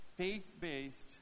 faith-based